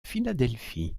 philadelphie